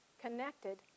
connected